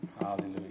hallelujah